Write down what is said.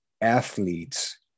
athletes